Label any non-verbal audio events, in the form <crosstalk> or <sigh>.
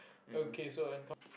<breath> okay so and